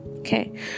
Okay